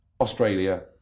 Australia